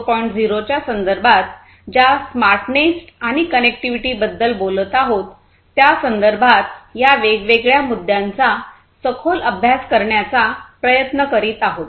0 च्या संदर्भात ज्या स्मार्टनेस आणि कनेक्टिव्हिटी बद्दल बोलत आहोत त्यासंदर्भात या वेगवेगळ्या मुद्द्यांचा सखोल अभ्यास करण्याचा प्रयत्न करीत आहोत